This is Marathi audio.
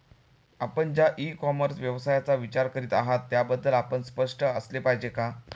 आपण ज्या इ कॉमर्स व्यवसायाचा विचार करीत आहात त्याबद्दल आपण स्पष्ट असले पाहिजे का?